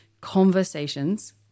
conversations